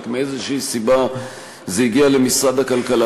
רק שמאיזו סיבה זה הגיע למשרד הכלכלה.